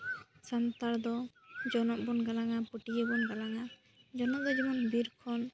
ᱥᱟᱱᱛᱟᱲ ᱫᱚ ᱡᱚᱱᱚᱜ ᱵᱚᱱ ᱜᱟᱞᱟᱝᱼᱟ ᱯᱟᱹᱴᱭᱟᱹ ᱵᱚᱱ ᱜᱟᱞᱟᱝᱼᱟ ᱡᱚᱱᱚᱜ ᱫᱚ ᱡᱮᱢᱚᱱ ᱵᱤᱨ ᱠᱷᱚᱱ